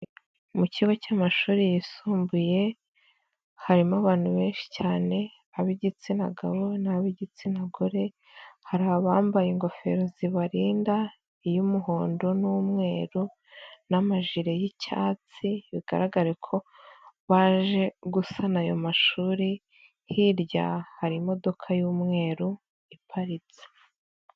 Mu kigo cy'amashuri yisumbuye harimo abantu benshi cyane ab'igitsina gabo n'ab'igitsina gore, hari abambaye ingofero zibarinda iy'umuhondo n'umweru n'amajire y'icyatsi bigaragare ko baje gusana ayo mashuri, hirya hari imodoka y'umweru iparitse.